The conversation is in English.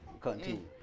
Continue